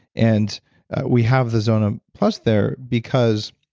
and we have the zona plus there because